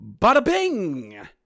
Bada-bing